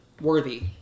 worthy